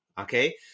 Okay